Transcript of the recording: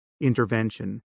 intervention